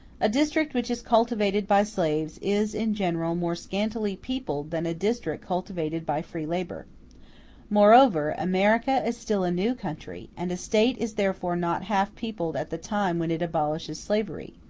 a district which is cultivated by slaves is in general more scantily peopled than a district cultivated by free labor moreover, america is still a new country, and a state is therefore not half peopled at the time when it abolishes slavery.